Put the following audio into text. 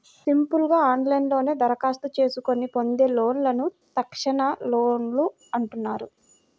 simple గా ఆన్లైన్లోనే దరఖాస్తు చేసుకొని పొందే లోన్లను తక్షణలోన్లు అంటున్నారు